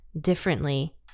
differently